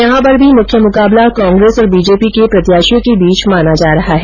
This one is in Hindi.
यहां पर भी मुख्य मुकाबला कांग्रेस और बीजेपी के प्रत्याशियों के बीच माना जा रहा है